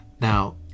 Now